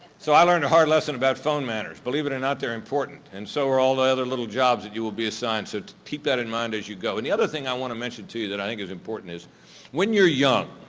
so, i learned a hard lesson about phone manners. believe it or not they're important and so are all the other little jobs that you will be assigned, so keep that in mind as you go, and the other thing i want to mention to you that i think is important is when you're young,